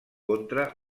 contra